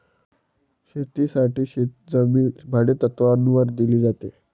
शेतीसाठी शेतजमीन भाडेतत्त्वावर दिली जाते